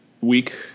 week